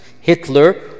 Hitler